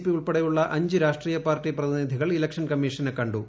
P ഉൾപ്പെടെയുള്ള അഞ്ച് രാഷ്ട്രീയ പാർട്ടി പ്രതിനിധികൾ ഇലക്ഷനെ കമ്മീഷൻ കണ്ടു